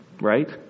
Right